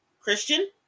christian